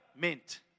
meant